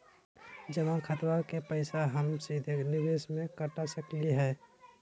जमा खाता के पैसा का हम सीधे निवेस में कटा सकली हई?